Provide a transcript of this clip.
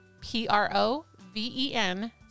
P-R-O-V-E-N